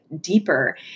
deeper